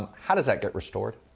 how does that get restored?